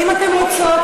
האם אתן רוצות,